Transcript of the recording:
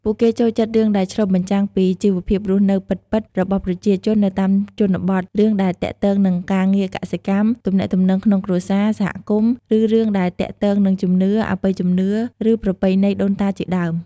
ពួកគេចូលចិត្តរឿងដែលឆ្លុះបញ្ចាំងពីជីវភាពរស់នៅពិតៗ របស់ប្រជាជននៅតាមជនបទ រឿងដែលទាក់ទងនឹងការងារកសិកម្ម ទំនាក់ទំនងក្នុងគ្រួសារ សហគមន៍ ឬរឿងដែលទាក់ទងនឹងជំនឿ អបិយជំនឿ ឬប្រពៃណីដូនតាជាដើម។